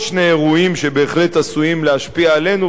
שני אירועים שבהחלט עשויים להשפיע עלינו,